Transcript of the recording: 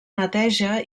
neteja